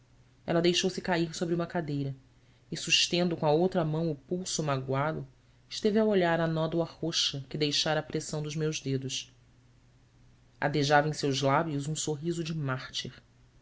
braço ela deixou-se cair sobre uma cadeira e sustendo com a outra mão o pulso magoado esteve a olhar a nódoa roxa que deixara a pressão de meus dedos adejava em seus lábios um sorriso de mártir